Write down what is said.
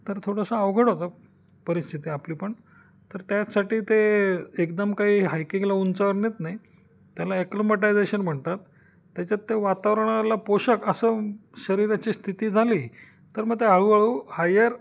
तर थोडंसं अवघड होतं परिस्थिती आपली पण तर त्याचसाठी ते एकदम काही हायकिंगला उंचावर नेत नाही आहेत त्याला ॲक्लोमटायजेशन म्हणतात त्याच्यात ते वातावरणाला पोषक असं शरीराची स्थिती झाली तर मग ते हळूहळू हायर